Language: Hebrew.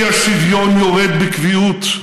האי-שוויון יורד בקביעות.